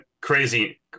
Crazy